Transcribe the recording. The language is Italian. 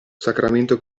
sacramento